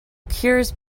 cures